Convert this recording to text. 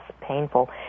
painful